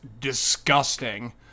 disgusting